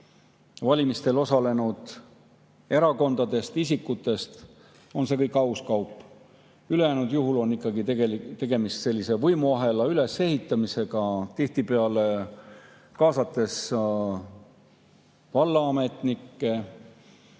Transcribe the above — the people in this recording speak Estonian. valimistel osalenud erakondadest, isikutest, siis on see kõik aus kaup. Ülejäänud juhul on tegemist võimuahela ülesehitamisega, tihtipeale kaasates vallaametnikke,